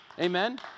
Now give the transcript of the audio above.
amen